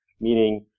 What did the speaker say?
meaning